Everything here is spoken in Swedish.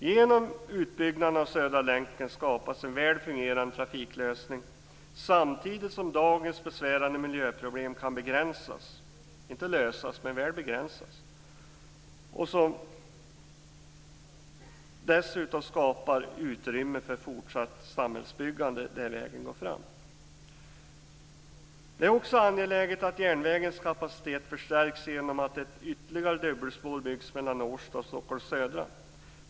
Genom utbyggnaden av Södra länken skapas en väl fungerande trafiklösning samtidigt som dagens besvärande miljöproblem kan begränsas, inte lösas men väl begränsas. Dessutom skapas utrymme för fortsatt samhällsbyggande där vägen går fram. Det är också angeläget att järnvägens kapacitet förstärks genom att ett ytterligare dubbelspår byggs mellan Årsta och Stockholm södra.